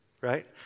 right